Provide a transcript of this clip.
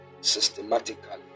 systematically